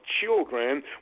children